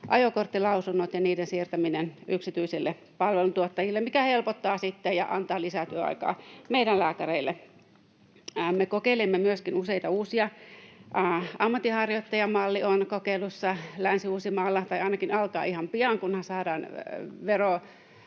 ajokorttilausunnot ja niiden siirtäminen yksityisille palveluntuottajille, mikä helpottaa sitten ja antaa lisätyöaikaa meidän lääkäreille. Me kokeilemme myöskin useita uusia: Ammatinharjoittajamalli on kokeilussa Länsi-Uudellamaalla tai ainakin alkaa ihan pian, kunhan saadaan